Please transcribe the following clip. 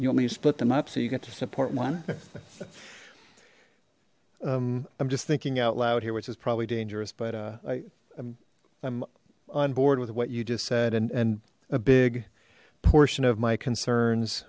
you only to split them up so you get to support one i'm just thinking out loud here which is probably dangerous but i i'm on board with what you just said and a big portion of my concerns